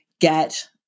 get